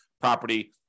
property